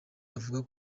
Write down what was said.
avuga